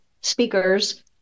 speakers